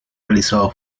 realizado